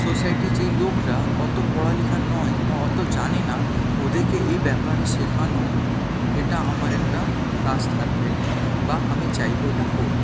সোসাইটির যেই লোকেরা অত পড়া লেখা নয় বা অত জানে না ওদেরকে এই ব্যাপারে শেখানো এটা আমার একটা কাজ থাকবে বা আমি চাইব এটা হোক